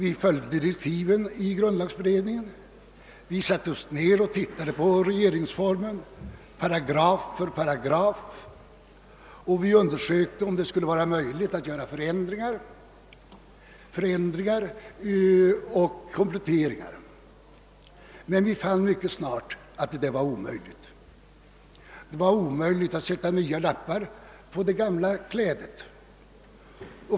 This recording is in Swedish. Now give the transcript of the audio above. I författningsutredningen följde vi direktiven och satte oss ned att studera regeringsformen paragraf för paragraf. Vi undersökte om det skulle gå att göra förändringar och kompletteringar, men vi fann mycket snart att detta var omöjligt. Det gick inte att sätta nya lappar på det gamla klädet.